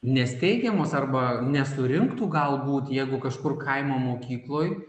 nesteigiamos arba nesurinktų galbūt jeigu kažkur kaimo mokykloj